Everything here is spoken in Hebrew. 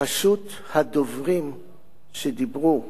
פשוט הדוברים שדיברו,